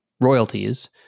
royalties